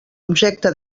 objecte